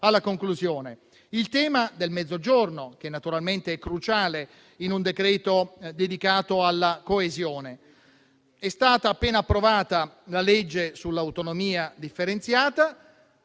punto riguarda il tema del Mezzogiorno, che naturalmente è cruciale in un decreto-legge dedicato alla coesione. È stata appena approvata la legge sull'autonomia differenziata,